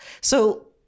So-